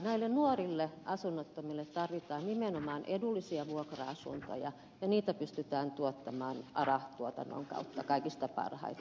näille nuorille asunnottomille tarvitaan nimenomaan edullisia vuokra asuntoja ja niitä pystytään tuottamaan ara tuotannon kautta kaikista parhaiten